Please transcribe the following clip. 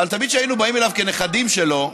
אבל תמיד כשהיינו באים אליו כנכדים שלו,